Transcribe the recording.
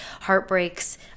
heartbreaks